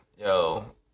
yo